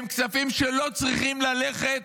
הם כספים שלא צריכים ללכת